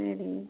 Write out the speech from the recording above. சரி